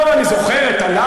לא, אני זוכר את הלעג.